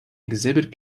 exhibit